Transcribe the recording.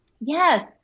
Yes